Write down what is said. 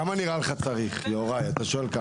כמה נראה לך צריך, יהוראי אתה שואל.